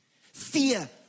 Fear